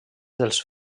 dels